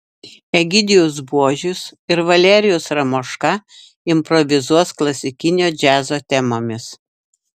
egidijus buožis ir valerijus ramoška improvizuos klasikinio džiazo temomis